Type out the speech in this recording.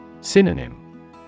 Synonym